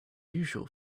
usual